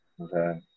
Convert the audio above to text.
Okay